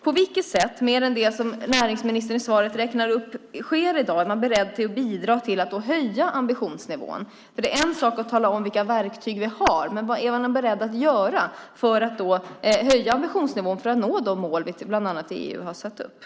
På vilket sätt, mer än det som näringsministern i svaret räknar upp sker i dag, är man beredd att bidra till att höja ambitionsnivån? Det är en sak att tala om vilka verktyg som vi har. Men vad är man beredd att göra för att höja ambitionsnivån för att nå de mål som vi har satt upp bland annat i EU?